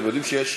אתם יודעים שיש